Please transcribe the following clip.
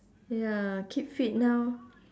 ya keep fit now